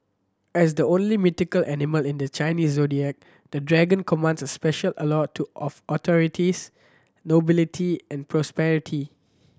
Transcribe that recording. as the only mythical animal in the Chinese Zodiac the Dragon commands a special allure to of authorities nobility and prosperity